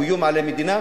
הוא איום על המדינה.